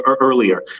earlier